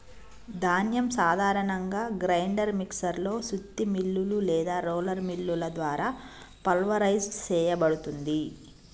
ధాన్యం సాధారణంగా grinder mixer లో సుత్తి మిల్లులు లేదా రోలర్ మిల్లుల ద్వారా పల్వరైజ్ సేయబడుతుంది